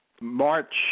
March